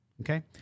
Okay